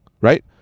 right